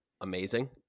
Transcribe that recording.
Amazing